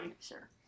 sure